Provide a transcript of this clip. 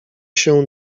się